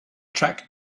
track